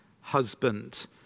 husband